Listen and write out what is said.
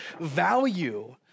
value